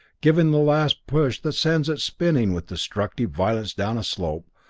given the last push that sends it spinning with destructive violence down a slope,